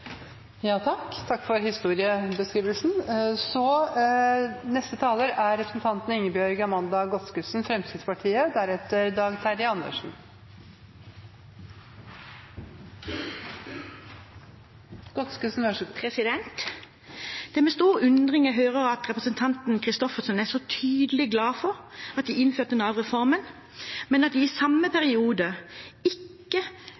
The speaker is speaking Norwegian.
Det er med stor undring jeg hører at representanten Christoffersen er så tydelig glad for at de innførte Nav-reformen, men at de i samme periode ikke